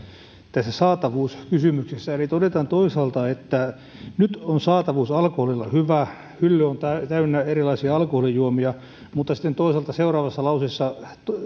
tässä saatavuuskysymyksessä eli todetaan toisaalta että nyt on saatavuus alkoholilla hyvä ja hylly on täynnä erilaisia alkoholijuomia mutta sitten toisaalta seuraavassa lauseessa